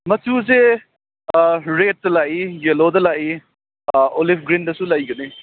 ꯃꯆꯨꯁꯦ ꯔꯦꯗꯇ ꯂꯥꯛꯏ ꯌꯦꯂꯣꯗ ꯂꯥꯛꯏ ꯑꯣꯂꯤꯐ ꯒ꯭ꯔꯤꯟꯗꯁꯨ ꯂꯩꯒꯅꯤ